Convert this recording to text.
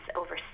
over